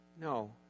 No